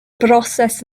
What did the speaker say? broses